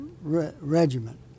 Regiment